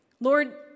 Lord